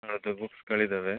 ನನ್ನ ಹತ್ತಿರ ಬುಕ್ಸ್ಗಳಿದ್ದಾವೆ